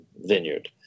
vineyard